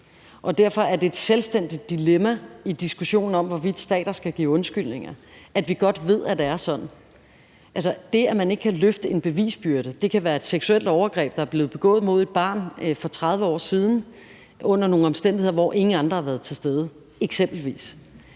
Derfor er det et selvstændigt dilemma i diskussionen om, hvorvidt stater skal give undskyldninger, at vi godt ved, at det er sådan. Det, at man ikke kan løfte en bevisbyrde – det kan være i forbindelse med et seksuelt overgreb, der er begået mod et barn for 30 år siden under nogle omstændigheder, hvor ingen andre har været til stede eksempelvis